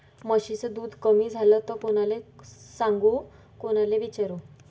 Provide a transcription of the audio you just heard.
म्हशीचं दूध कमी झालं त कोनाले सांगू कोनाले विचारू?